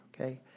okay